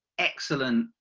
excellent,